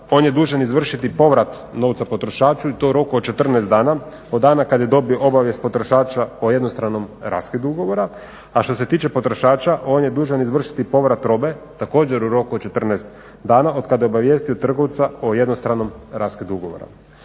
on je dužan izvršiti povrat novca potrošaču i to u roku od 14 dana od dana kad je dobio obavijest potrošača o jednostranom raskidu ugovora, a što se tiče potrošača on je dužan izvršiti povrat robe, također u roku od 14 dana od kada je obavijestio trgovca o jednostranom raskidu ugovora.